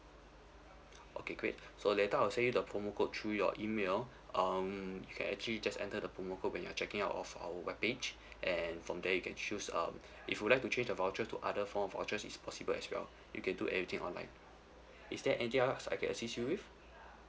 okay great so later I'll send you the promo code through your email um can actually just enter the promo code when you are checking out of our web page and from there you can choose um if you would like to change the voucher to other form of vouchers is possible as well you can do everything online is there anything else I can assist you with